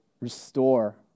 restore